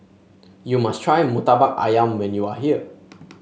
you must try murtabak ayam when you are here